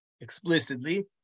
explicitly